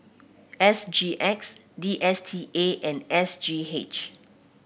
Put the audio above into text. S G X D S T A and S G H